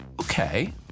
Okay